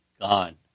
gone